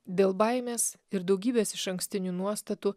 dėl baimės ir daugybės išankstinių nuostatų